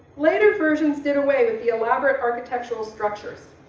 later versions did away with the elaborate architectural structures.